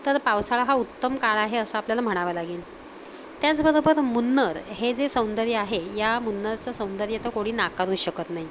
तर पावसाळा हा उत्तम काळ आहे असं आपल्याला म्हणावं लागेल त्याचबरोबर मुन्नार हे जे सौंदर्य आहे या मुन्नारचं सौंदर्य तर कोणी नाकारू शकत नाही